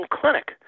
clinic